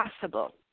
possible